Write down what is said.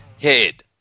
head